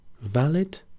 valid